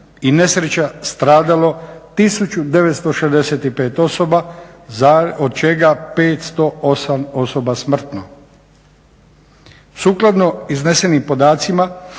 i nesreća stradalo 1965 osoba od čega 508 osoba smrtno. Sukladno iznesenim podacima